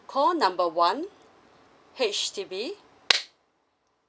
call number one H_D_B